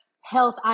health